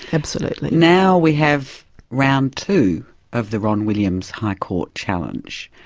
absolutely. now we have round two of the ron williams high court challenge.